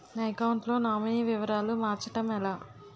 నా అకౌంట్ లో నామినీ వివరాలు మార్చటం ఎలా?